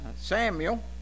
Samuel